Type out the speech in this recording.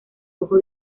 ojo